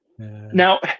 Now